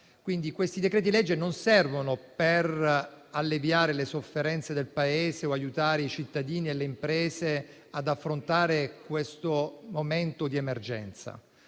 Questi decreti-legge, invece, non servono per alleviare le sofferenze del Paese o per aiutare i cittadini e le imprese ad affrontare l'attuale momento di emergenza.